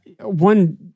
One